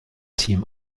team